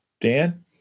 Dan